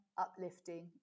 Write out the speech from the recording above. uplifting